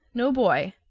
no boy.